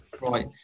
Right